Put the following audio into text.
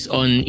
on